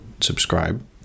subscribe